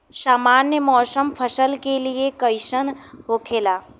सामान्य मौसम फसल के लिए कईसन होखेला?